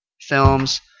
films